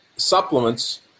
Supplements